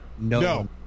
No